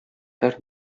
һәр